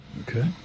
okay